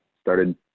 started